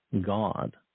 God